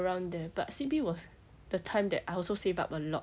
around there but C_B was the time that I also save up a lot